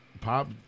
pop